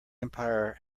empire